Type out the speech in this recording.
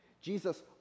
Jesus